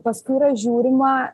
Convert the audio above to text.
paskui yra žiūrima